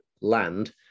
land